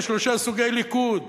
יש שלושה סוגי ליכוד,